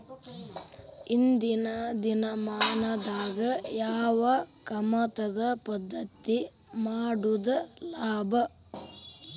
ಇಂದಿನ ದಿನಮಾನದಾಗ ಯಾವ ಕಮತದ ಪದ್ಧತಿ ಮಾಡುದ ಲಾಭ?